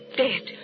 dead